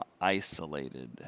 isolated